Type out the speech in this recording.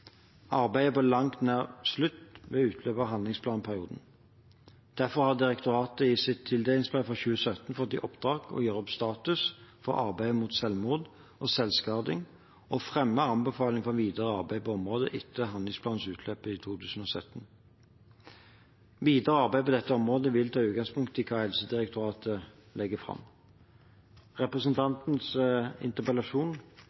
langt nær slutt ved utløpet av handlingsplanperioden. Derfor har direktoratet i sitt tildelingsbrev for 2017 fått i oppdrag å gjøre opp status for arbeidet mot selvmord og selvskading og fremme anbefalinger for videre arbeid på området etter handlingsplanens utløp i 2017. Videre arbeid på dette området vil ta utgangspunkt i hva Helsedirektoratet legger fram.